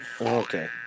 Okay